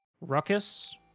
Ruckus